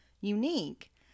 unique